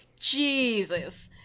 Jesus